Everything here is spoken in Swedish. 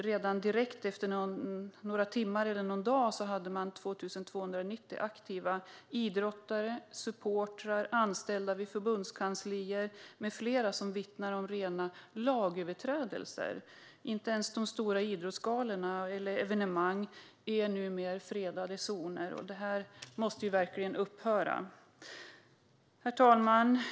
Redan direkt efter några timmar eller någon dag fanns 2 290 aktiva idrottare, supportrar, anställda vid förbundskanslier med flera som vittnade om rena lagöverträdelser. Inte ens de stora idrottsgalorna eller evenemangen är numera fredade zoner. Det här måste verkligen upphöra. Herr talman!